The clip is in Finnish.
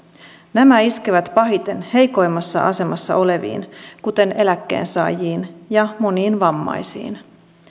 nämä iskevät pahiten heikoimmassa asemassa oleviin kuten eläkkeensaajiin ja moniin vammaisiin